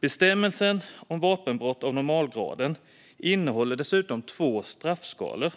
Bestämmelsen om vapenbrott av normalgraden innehåller dessutom två straffskalor.